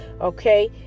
okay